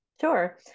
Sure